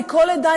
מכל עדה,